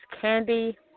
Candy